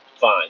fine